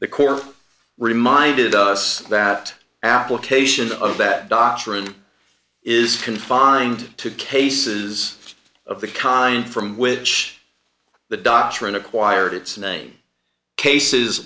the core reminded us that application of that doctrine is confined to cases of the kind from which the doctrine acquired its name cases